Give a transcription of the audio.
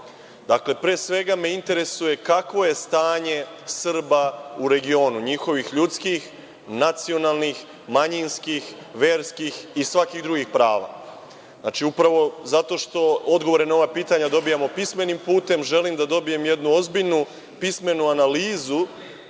Dačiću. Dakle, pre svega me interesuje – kakvo je stanje Srba u regionu, njihovih ljudskih, nacionalnih, manjinskih, verskih i svakih drugih prava? Upravo zato što odgovore na ova pitanja dobijamo pismenim putem želim da dobijem jednu ozbiljnu pismenu analizu